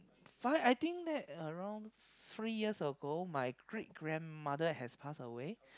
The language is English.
five I think that around three years ago my great grandmother has pass away